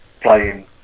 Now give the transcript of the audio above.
playing